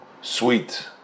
sweet